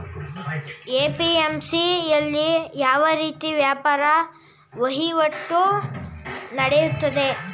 APMC ಯಲ್ಲಿ ಯಾವ ರೀತಿ ವ್ಯಾಪಾರ ವಹಿವಾಟು ನೆಡೆಯುತ್ತದೆ?